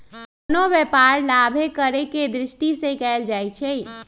कोनो व्यापार लाभे करेके दृष्टि से कएल जाइ छइ